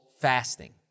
fasting